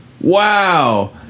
Wow